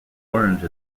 orange